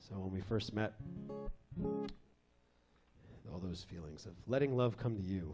so when we first met all those feelings of letting love come to you